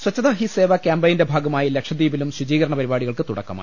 സ്വച്ഛതാ ഹി സേവ ക്യാമ്പയിന്റെ ഭാഗമായി ലക്ഷദ്വീപിലും ശുചീകരണപരിപാടികൾക്ക് തുടക്കമായി